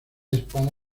hispana